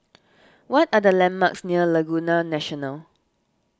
what are the landmarks near Laguna National